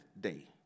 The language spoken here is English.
day